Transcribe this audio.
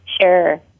Sure